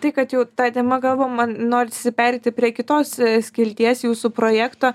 tai kad jau ta tema kalbam man norisi pereiti prie kitos skilties jūsų projekto